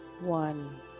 one